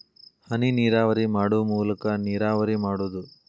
ಹನಿನೇರಾವರಿ ಮಾಡು ಮೂಲಾಕಾ ನೇರಾವರಿ ಮಾಡುದು